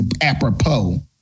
apropos